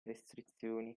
restrizioni